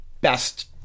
best